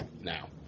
now